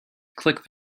click